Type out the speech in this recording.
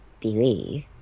believe